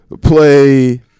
play